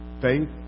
faith